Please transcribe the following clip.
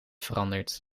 veranderd